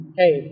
hey